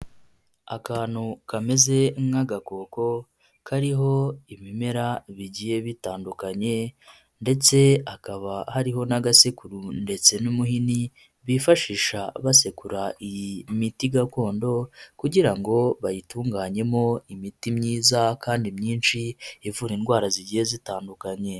Akantu kameze nk'agakoko kariho ibimera bigiye bitandukanye ndetse hakaba hariho n'agasekuru ndetse n'umuhini, bifashisha basekura iyi imiti gakondo kugira ngo bayitunganyemo imiti myiza kandi myinshi ivura indwara zigiye zitandukanye.